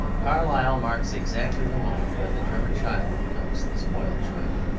carlyle marks exactly the moment when the german child becomes the spoilt child.